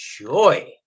joy